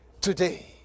today